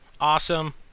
awesome